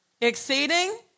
Exceeding